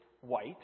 white